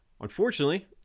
Unfortunately